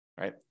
right